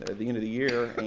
ah the end of the year,